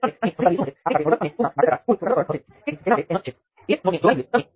એ જ રીતે નોડ 2 માટે મારે નોડમાંથી વહેતો કરંટ લેવો પડશે